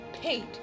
paid